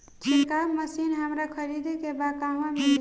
छिरकाव मशिन हमरा खरीदे के बा कहवा मिली?